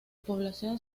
población